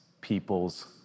people's